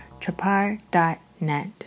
trapar.net